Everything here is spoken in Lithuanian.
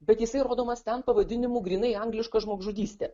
bet jisai rodomas ten pavadinimu grynai angliška žmogžudystė